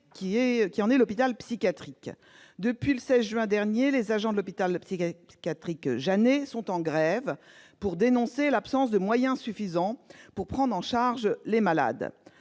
qui en est l'hôpital psychiatrique. Depuis le 16 juin dernier, les agents de l'hôpital psychiatrique Pierre Janet sont en grève pour dénoncer l'absence de moyens suffisants pour prendre en charge les malades.